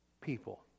people